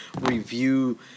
review